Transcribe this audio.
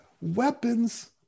weapons